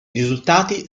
risultati